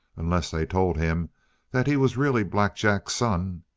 unless they told him that he was really black jack's son.